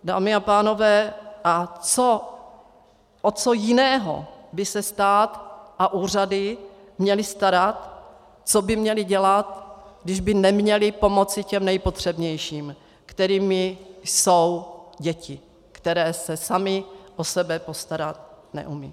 Dámy a pánové, a o co jiného by se stát a úřady měly starat, co by měly dělat, když by neměly pomoci těm nejpotřebnějším, kterými jsou děti, které se sami o sebe postarat neumějí?